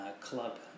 club